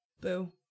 Boo